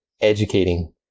educating